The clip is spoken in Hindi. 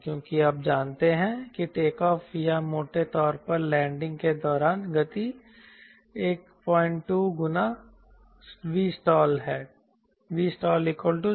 क्योंकि आप जानते हैं कि टेकऑफ़ या मोटे तौर पर लैंडिंग के दौरान गति 12 गुना Vstall है